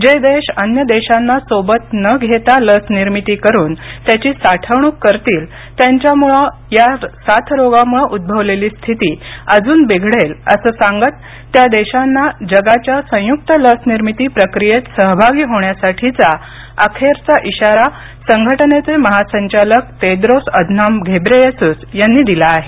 जे देश अन्य देशांना सोबत न घेता लसनिर्मिती करुन त्याची साठवणूक करतील त्यांच्यामुळे या साथरोगामुळे उद्भवलेली स्थिती अजून बिघडेल असं सांगत त्या देशांना जगाच्या संयुक्त लस निर्मिती प्रक्रियेत सहभागी होण्यासाठीचा अखेरचा इशारा संघटनेचे महासंचालक तेद्रोस अधनॉम घेब्रेयेसूस यांनी दिला आहे